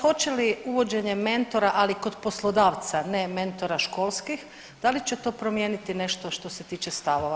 Hoće li uvođenje mentora, ali kod poslodavca, ne mentora školska, da li će to promijeniti nešto što se tiče stavova?